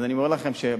אז אני אומר לכם ש-1,400,